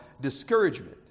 discouragement